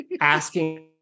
asking